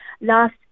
Last